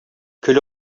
көл